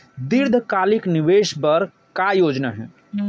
दीर्घकालिक निवेश बर का योजना हे?